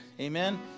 amen